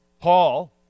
Paul